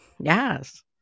Yes